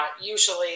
usually